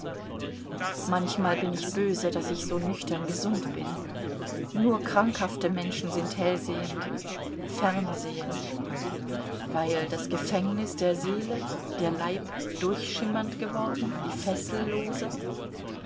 manchmal bin ich böse daß ich so nüchtern gesund bin nur krankhafte menschen sind hellsehend fernsehend weil das gefängnis der seele der leib durchschimmernd geworden die